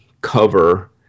cover